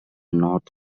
north